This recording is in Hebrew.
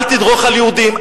אל תדרוך על יהודים,